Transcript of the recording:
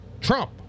Trump